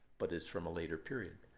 but it's from a later period.